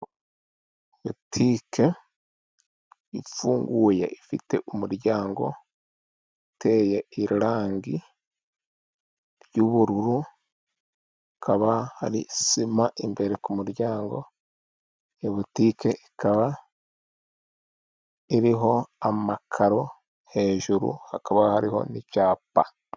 Butike ifunguye ifite umuryango uteye irangi ry'ubururu ikaba ari sema imbere kumuryango, iyo butike ikaba iriho amakaro hejuru hakaba hariho n'icyapa.